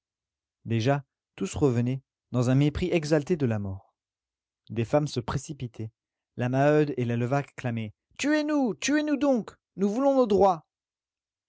déjà tous revenaient dans un mépris exalté de la mort des femmes se précipitaient la maheude et la levaque clamaient tuez nous tuez nous donc nous voulons nos droits